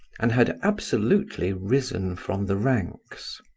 and had absolutely risen from the ranks.